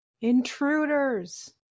Intruders